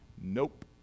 Nope